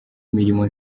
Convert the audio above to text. imirimo